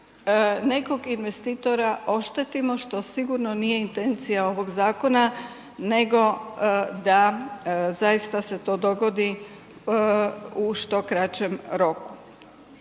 nekog investitora oštetimo što sigurno nije intencija ovog zakona nego da zaista se to dogodi u što kraćem roku.